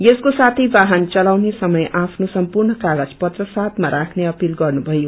यसको साथै वाहन चलाउने समय आफ्नो सम्पूर्ण कागज पत्र साथमा राख्ने अपिल गर्नुभयो